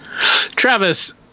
Travis